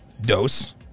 dose